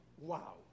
Wow